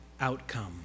outcome